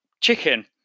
chicken